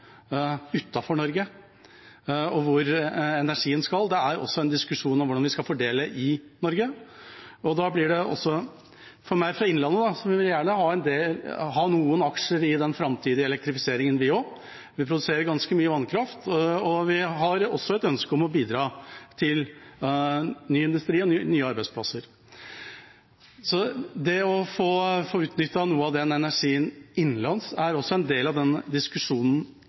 hvordan vi skal fordele den i Norge. Jeg er fra Innlandet, og vi vil gjerne ha noen aksjer i den framtidige elektrifiseringen vi også. Vi produserer ganske mye vannkraft, og vi har også et ønske om å bidra til ny industri og nye arbeidsplasser. Det å få utnyttet noe av energien innenlands, er også en del av denne diskusjonen.